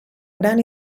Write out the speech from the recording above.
gran